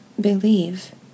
believe